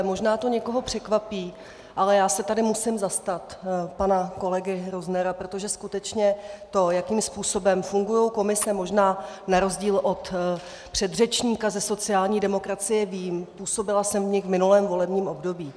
Možná to někoho překvapí, ale já se tady musím zastat pana kolegy Roznera, protože skutečně to, jakým způsobem fungují komise možná na rozdíl od předřečníka ze sociální demokracie vím, působila jsem v nich v minulém volebním období.